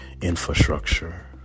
infrastructure